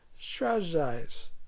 strategize